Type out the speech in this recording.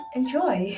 enjoy